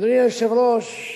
אדוני היושב-ראש,